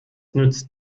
nützt